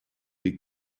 die